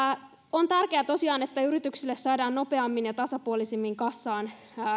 on tärkeää tosiaan että yrityksille saadaan nopeammin ja tasapuolisemmin kassaan